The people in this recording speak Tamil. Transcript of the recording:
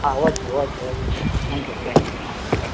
ஆ ஓகே ஓகே ஓகே சார் நன்றி தேங்க் யூ ஆ ஓகே